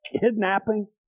kidnapping